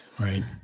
Right